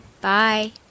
bye